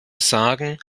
sagen